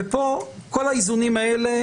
ופה כל האיזונים האלה,